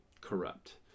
corrupt